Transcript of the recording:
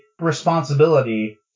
responsibility